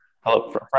Hello